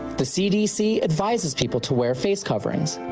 the cdc advises people to wear face coverings.